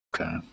Okay